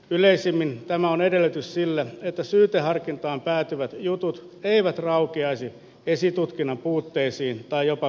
yleisimmin tämä on edellytys sillä että syyteharkintaan päättyvät jutut eivät rautiaisen esitutkinnan puutteisiin tai jopa